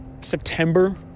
September